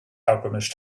alchemist